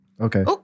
Okay